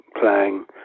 playing